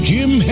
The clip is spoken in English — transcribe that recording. Jim